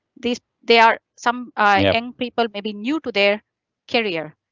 these they are. some, ah, young people may be new to their career,